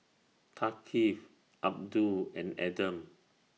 Thaqif Abdul and Adam